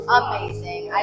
amazing